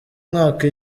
mwaka